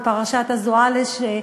בפרשת אזואלוס,